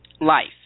life